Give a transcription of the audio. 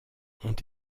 ont